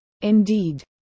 Indeed